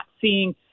seeing